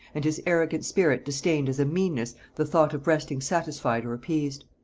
and his arrogant spirit disdained as a meanness the thought of resting satisfied or appeased.